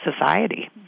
society